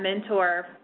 mentor